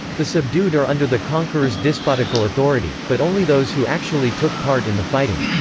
the subdued are under the conqueror's despotical authority, but only those who actually took part in the fighting.